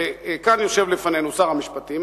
וכאן יושב לפנינו שר המשפטים,